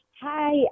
Hi